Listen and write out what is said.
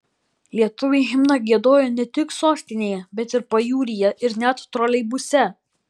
lietuviai himną giedojo ne tik sostinėje bet ir pajūryje ir net troleibuse